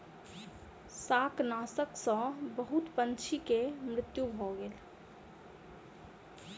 शाकनाशक सॅ बहुत पंछी के मृत्यु भ गेल